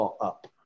up